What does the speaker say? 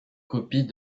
copie